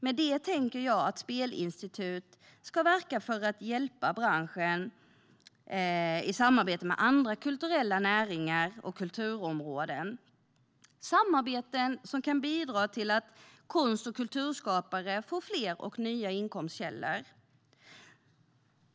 Med det tänker jag att ett spelinstitut ska verka för att hjälpa branschen i samarbetet med andra kulturella näringar och kulturområden - samarbeten som kan bidra till att konst och kulturskapare får fler och nya inkomstkällor.